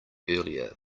earlier